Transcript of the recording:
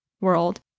world